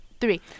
three